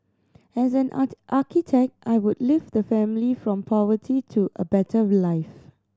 as an art architect I could lift the family from poverty to a better life